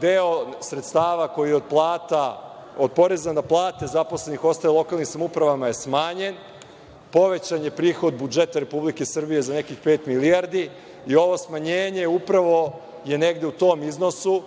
deo sredstava koji od poreza na plate zaposlenih ostaje lokalnim samoupravama smanjen, povećan je prihod budžeta Republike Srbije za nekih pet milijardi i ovo smanjanje je upravo negde u tom iznosu.